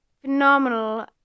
phenomenal